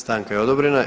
Stanka je odobrena.